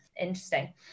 Interesting